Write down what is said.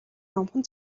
номхон